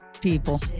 people